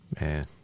Man